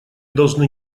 должны